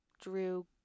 drew